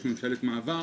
יש ממשלת מעבר,